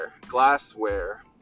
glassware